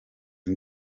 com